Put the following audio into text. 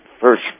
first